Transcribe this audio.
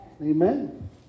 Amen